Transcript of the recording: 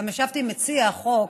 גם ישבתי עם מציע החוק,